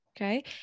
Okay